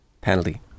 Penalty